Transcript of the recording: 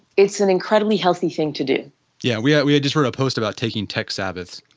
it's an incredibly healthy thing to do yeah. we yeah we just sort of post about taking tech sabbaths,